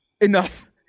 enough